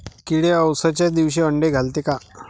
किडे अवसच्या दिवशी आंडे घालते का?